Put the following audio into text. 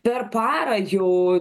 per parą jau